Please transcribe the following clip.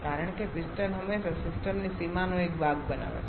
કારણ કે પિસ્ટન હંમેશા સિસ્ટમની સીમાનો એક ભાગ બનાવે છે